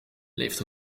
leeft